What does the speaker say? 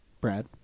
Brad